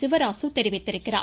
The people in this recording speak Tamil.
சிவராசு தெரிவித்துள்ளார்